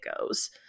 goes